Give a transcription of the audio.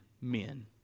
men